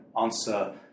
Answer